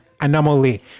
anomaly